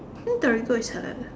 hmm Torigo is halal